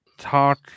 talk